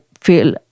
feel